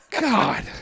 God